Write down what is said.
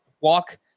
walk